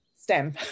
stem